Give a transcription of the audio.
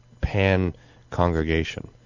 pan-congregation